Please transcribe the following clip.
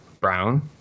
brown